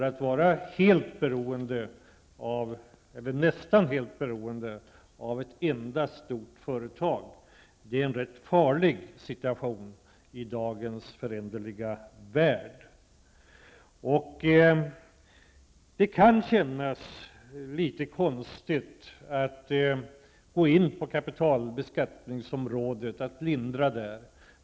Att vara nästan helt beroende av ett enda stort företag är en rätt farlig situation i dagens föränderliga värld. Det kan kännas litet konstigt att lindra beskattningen på kapitalbeskattningsområdet.